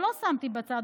או לא שמתי בצד,